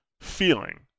feeling